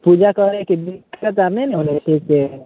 पूजा करैके बीच टका नहि ने होलै ठीक